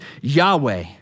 Yahweh